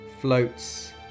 floats